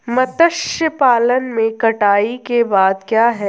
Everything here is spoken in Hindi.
मत्स्य पालन में कटाई के बाद क्या है?